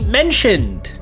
mentioned